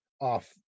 off